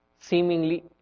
seemingly